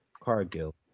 Cargill